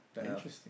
Interesting